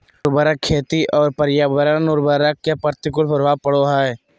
उर्वरक खेती और पर्यावरण पर उर्वरक के प्रतिकूल प्रभाव पड़ो हइ